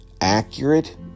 accurate